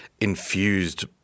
infused